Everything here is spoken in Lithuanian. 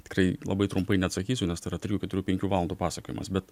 tikrai labai trumpai neatsakysiu nes tai yra trijų keturių penkių valandų pasakojimas bet